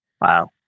Wow